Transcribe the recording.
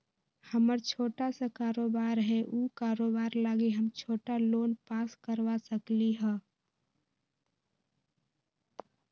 हमर छोटा सा कारोबार है उ कारोबार लागी हम छोटा लोन पास करवा सकली ह?